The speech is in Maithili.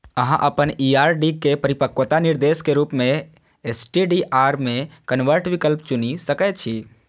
अहां अपन ई आर.डी के परिपक्वता निर्देश के रूप मे एस.टी.डी.आर मे कन्वर्ट विकल्प चुनि सकै छी